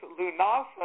Lunasa